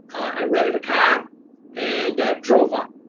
i rented a car and drove up.